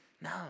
No